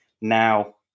Now